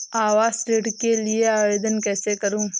आवास ऋण के लिए आवेदन कैसे करुँ?